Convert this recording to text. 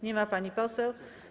Nie ma pani poseł.